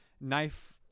knife